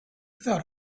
thought